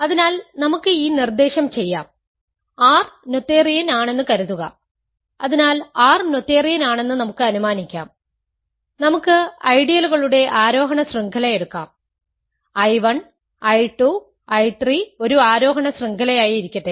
അതിനാൽ നമുക്ക് ഈ നിർദ്ദേശം ചെയ്യാം R നോതേറിയൻ ആണെന്ന് കരുതുക അതിനാൽ R നോഥേറിയൻ ആണെന്ന് നമുക്ക് അനുമാനിക്കാം നമുക്ക് ഐഡിയലുകളുടെ ആരോഹണ ശൃംഖല എടുക്കാം I1 I2 I3 ഒരു ആരോഹണ ശൃംഖലയായിരിക്കട്ടെ